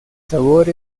sabor